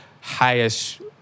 highest